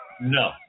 No